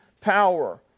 power